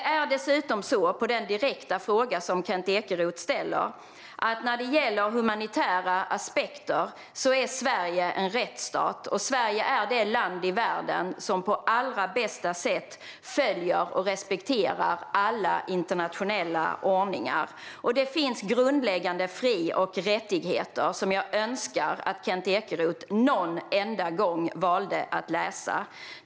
Vad beträffar den direkta fråga som Kent Ekeroth ställer är det dessutom så att Sverige när det gäller humanitära aspekter är en rättsstat. Sverige är det land i världen som på allra bästa sätt följer och respekterar alla internationella ordningar. Det finns grundläggande fri och rättigheter, som jag önskar att Kent Ekeroth någon enda gång valde att läsa.